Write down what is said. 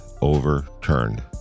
overturned